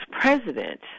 president